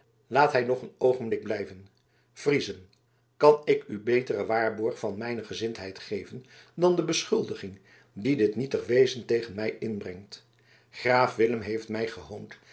laat hij nog een oogenblik blijven friezen kan ik u beteren waarborg van mijne gezindheid geven dan de beschuldiging die dit nietig wezen tegen mij inbrengt graaf willem heeft mij